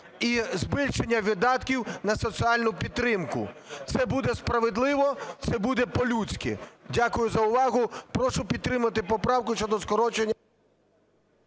і збільшення видатків на соціальну підтримку. Це буде справедливо, це буде по-людськи. Дякую за увагу. Прошу підтримати поправку щодо скорочення...